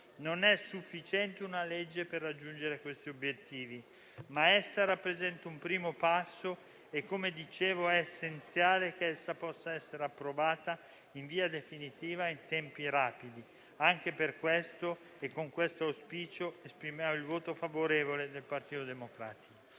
Non è sufficiente una legge per raggiungere questi obiettivi, ma essa rappresenta un primo passo e, come dicevo, è essenziale che essa possa essere approvata in via definitiva in tempi rapidi. Anche per questo, e con questo auspicio, esprimiamo il voto favorevole del Partito Democratico.